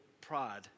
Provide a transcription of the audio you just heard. pride